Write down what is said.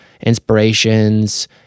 inspirations